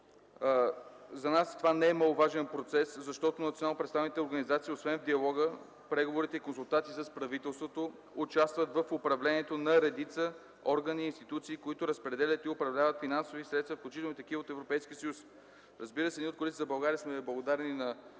За нас това не е маловажен процес, защото национално представителните организации освен в диалога, преговорите и консултациите с правителството, участват в управлението на редица органи и институции, които разпределят и управляват финансови средства, включително и такива от Европейския съюз. Разбира се, ние от Коалиция за България сме благодарни на